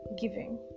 Giving